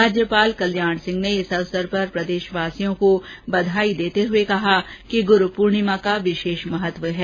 राज्यपाल कल्याण सिंह ने इस अवसर पर प्रदेशवासियों को बधाई देते हुए कहा कि गुरू पूर्णिमा का विशेष महत्व है